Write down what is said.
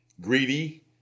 Greedy